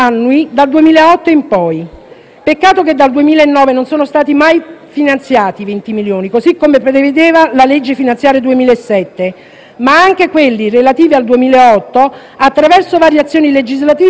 Peccato che dal 2009 non sono stati mai finanziati i 20 milioni così come prevedeva la legge finanziaria 2007; ma anche quelli relativi al 2008, attraverso variazioni legislative, sono stati man mano prosciugati.